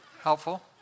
helpful